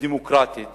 ודמוקרטית